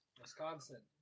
Wisconsin